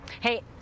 hey